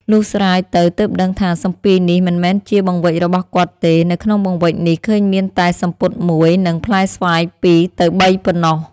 លុះស្រាយទៅទើបដឹងថា សំពាយនេះមិនមែនជាបង្វេចរបស់គាត់ទេ នៅក្នុងបង្វេចនេះឃើញមានតែសំពត់ ១ និង ផ្លែស្វាយ ២-៣ ប៉ុណ្ណោះ ។